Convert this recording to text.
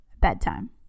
Bedtime